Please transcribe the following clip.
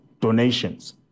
donations